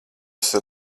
esat